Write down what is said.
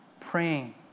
praying